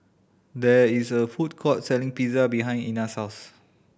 there is a food court selling Pizza behind Ina's house